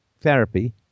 therapy